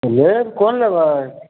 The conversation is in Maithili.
हमरा चप्पल लै के रहय